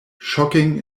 shocking